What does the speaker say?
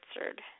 answered